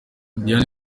diane